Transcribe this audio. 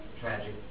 tragic